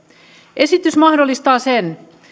esitys mahdollistaa sen